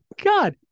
God